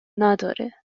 نداره